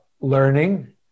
learning